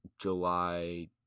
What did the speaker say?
July